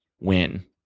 win